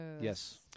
Yes